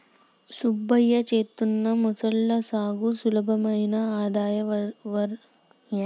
సుబ్బయ్య చేత్తున్న మొసళ్ల సాగు సులభమైన ఆదాయ వనరు కదా